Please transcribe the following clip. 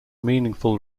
meaningful